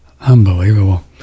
Unbelievable